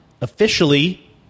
officially